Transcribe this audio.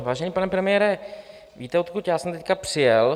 Vážený pane premiére, víte, odkud jsem teď přijel?